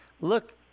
look